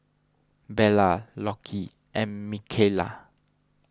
Bella Lockie and Mikayla